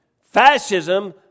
fascism